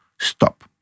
stop